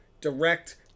direct